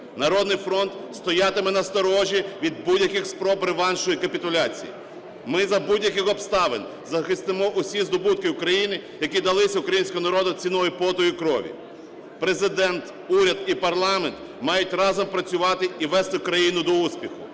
"Народний фронт" стоятиме на сторожі від будь-яких спроб реваншу і капітуляції. Ми за будь-яких обставин захистимо усі здобутки України, які дались українському народу ціною поту і крові. Президент, уряд і парламент мають разом працювати і вести країну до успіху.